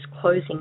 closing